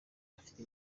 afite